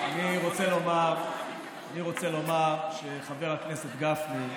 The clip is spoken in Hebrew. אני רוצה לומר שחבר הכנסת גפני,